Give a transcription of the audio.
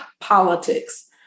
politics